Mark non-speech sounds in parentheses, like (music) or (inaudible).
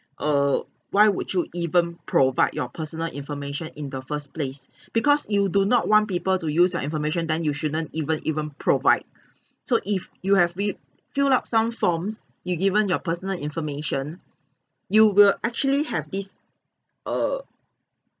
err why would you even provide your personal information in the first place (breath) because you do not want people to use your information then you shouldn't even even provide (breath) so if you have re fill up some forms you given your personal information you will actually have this err